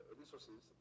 resources